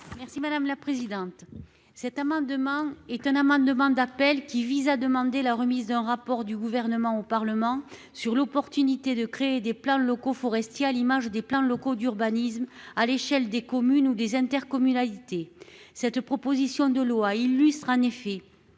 Merci madame la présidente. Cet amendement est un amendement d'appel qui vise à demander la remise d'un rap. Port du gouvernement au Parlement sur l'opportunité de créer des plans locaux forestier à l'image des plans locaux d'urbanisme à l'échelle des communes ou des intercommunalités. Cette proposition de loi illustre en effet.